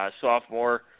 sophomore